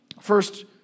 First